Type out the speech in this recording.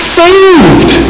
saved